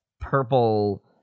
purple